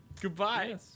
Goodbye